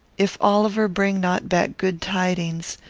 if oliver bring not back good tidings,